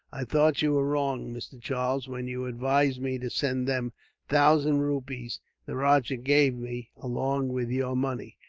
i thought you were wrong, mr. charles, when you advised me to send them thousand rupees the rajah gave me, along with your money.